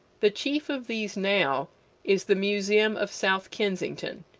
the chief of these now is the museum of south kensington,